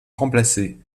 remplacé